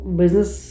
business